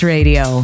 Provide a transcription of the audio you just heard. Radio